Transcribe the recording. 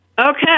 Okay